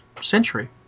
century